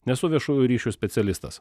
nesu viešųjų ryšių specialistas